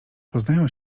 poznają